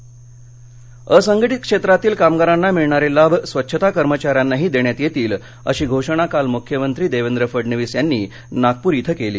मख्यमंत्री असंघटित क्षेत्रातील कामगारांना मिळणारे लाभ स्वच्छता कर्मचाऱ्यांनाही देण्यात येतील अशी घोषणा काल मुख्यमंत्री देवेंद्र फडणवीस यांनी नागपूर इथं केली